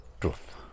truth